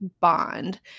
bond